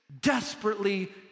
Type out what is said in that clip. desperately